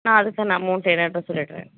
நான் அடுத்த நான் மூணு பேர் அட்ரெஸ் சொல்லிடறேன்